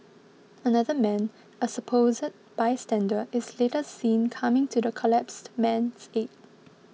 another man a supposed bystander is later seen coming to the collapsed man's aid